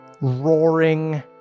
roaring